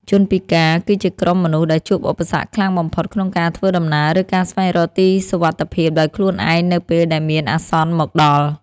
ជនពិការ គឺជាក្រុមមនុស្សដែលជួបឧបសគ្គខ្លាំងបំផុតក្នុងការធ្វើដំណើរ ឬការស្វែងរកទីសុវត្ថិភាពដោយខ្លួនឯងនៅពេលដែលមានអាសន្នមកដល់។